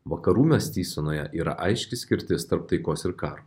vakarų mąstysenoje yra aiški skirtis tarp taikos ir karo